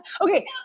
okay